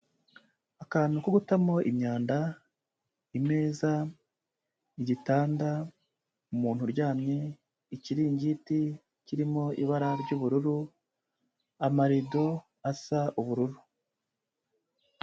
Akantu ko gutamo imyanda, imeza, igitanda umuntu uryamye, ikiringiti kirimo ibara ry'ubururu, amarido asa ubururu.